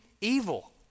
evil